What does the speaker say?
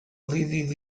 ddydd